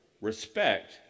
respect